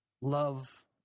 love